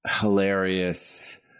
hilarious